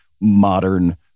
modern